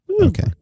Okay